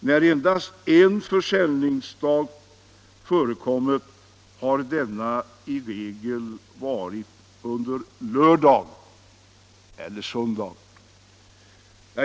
När endast en försäljningsdag förekommit har denna i regel varit en lördag eller en söndag.